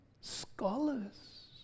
scholars